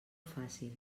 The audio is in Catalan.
fàcil